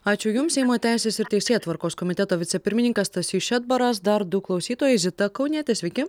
ačiū jums seimo teisės ir teisėtvarkos komiteto vicepirmininkas stasys šedbaras dar du klausytojai zita kaunietė sveiki